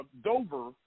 Dover